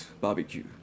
barbecue